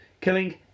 Killing